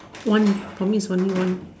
one for me is only one